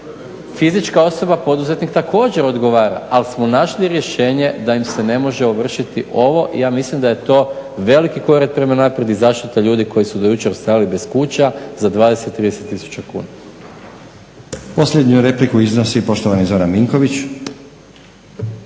fizička osoba poduzetnik također odgovara ali smo našli rješenje da im se ne može ovršiti ovo i ja mislim da je to veliki korak prema naprijed i zaštita ljudi koji su do jučer ostali bez kuća za 20, 30 tisuća kuna.